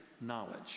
knowledge